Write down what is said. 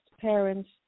parents